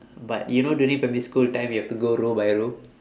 but you know during primary school time you have to go row by row